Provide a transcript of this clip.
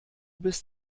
bist